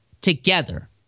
together